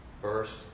first